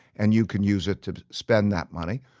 and you can use it to spend that money.